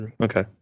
Okay